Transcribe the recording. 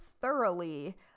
thoroughly